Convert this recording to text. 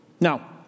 Now